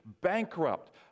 bankrupt